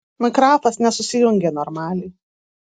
mikrafas nesusijungė normaliai